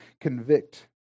convict